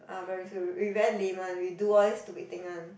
um primary school we we very lame one we do all this stupid thing one